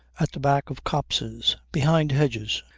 at the back of copses, behind hedges.